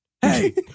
Hey